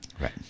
Right